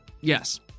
yes